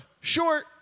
short